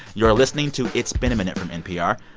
you're listening to it's been a minute from npr.